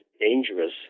dangerous